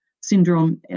syndrome